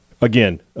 again